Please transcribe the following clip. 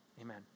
amen